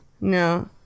no